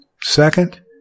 Second